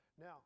Now